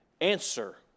answer